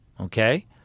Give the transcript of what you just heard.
okay